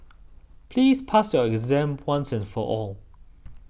please pass your exam once and for all